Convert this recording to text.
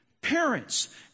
parents